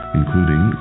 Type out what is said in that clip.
including